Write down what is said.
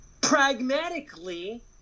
pragmatically